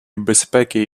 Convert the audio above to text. безпеки